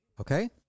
Okay